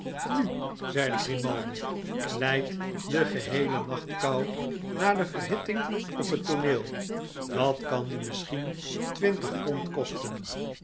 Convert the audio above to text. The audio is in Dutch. nu zeide grimaldi lijd den geheelen nacht kou na de verhitting op het tooneel dat kan u misschien twintig pond kosten